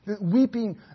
weeping